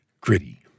gritty